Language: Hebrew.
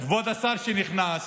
כבוד השר שנכנס,